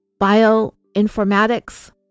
bioinformatics